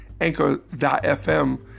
anchor.fm